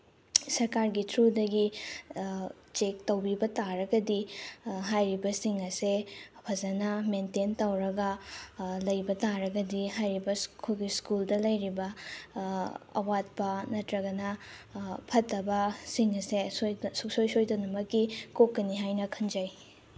ꯁꯔꯀꯥꯔꯒꯤ ꯊ꯭ꯔꯨꯗꯒꯤ ꯆꯦꯛ ꯇꯧꯕꯤꯕ ꯇꯥꯔꯒꯗꯤ ꯍꯥꯏꯔꯤꯕꯁꯤꯡ ꯑꯁꯦ ꯐꯖꯅ ꯃꯦꯟꯇꯦꯟ ꯇꯧꯔꯒ ꯂꯩꯕ ꯇꯥꯔꯒꯗꯤ ꯍꯥꯏꯔꯤꯕ ꯑꯩꯈꯣꯏꯒꯤ ꯁ꯭ꯀꯨꯜꯗ ꯂꯩꯔꯤꯕ ꯑꯋꯥꯠꯄ ꯅꯠꯇ꯭ꯔꯒꯅ ꯐꯠꯇꯕꯁꯤꯡ ꯑꯁꯦ ꯁꯨꯡꯁꯣꯏ ꯁꯣꯏꯗꯅꯃꯛꯀꯤ ꯀꯣꯛꯀꯅꯤ ꯍꯥꯏꯅ ꯈꯟꯖꯩ